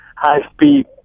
high-speed